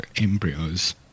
embryos